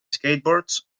skateboards